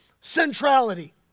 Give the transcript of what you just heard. centrality